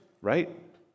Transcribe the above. right